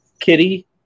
Kitty